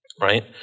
Right